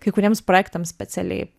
kai kuriems projektams specialiai